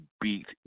beat